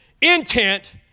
intent